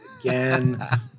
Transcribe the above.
again